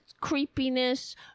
creepiness